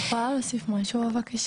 אני יכולה להוסיף משהו בבקשה?